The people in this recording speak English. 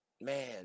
man